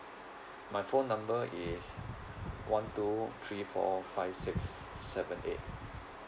my phone number is one two three four five six seven eight